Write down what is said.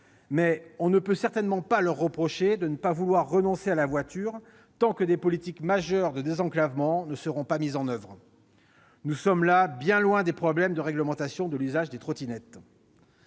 mais on ne peut certainement pas leur reprocher de ne pas vouloir renoncer à la voiture tant que de réelles politiques de désenclavement ne seront pas mises en oeuvre. Nous sommes là bien loin des problèmes de réglementation de l'usage des trottinettes